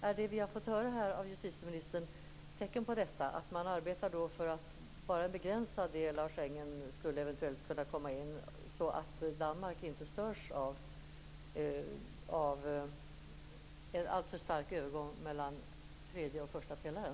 Är det vi har fått höra av justitieministern här tecken på detta, dvs. att man arbetar för att bara en begränsad del av Schengen tas in så att Danmark inte störs av en alltför stark övergång mellan tredje och första pelaren?